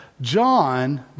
John